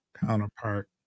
counterpart